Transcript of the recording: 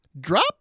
Drop